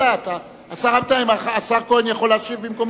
השר כהן יכול להשיב במקומו?